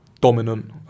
dominant